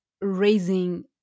raising